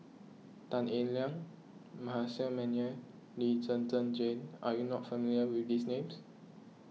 Tan Eng Liang Manasseh Meyer Lee Zhen Zhen Jane are you not familiar with these names